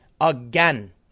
again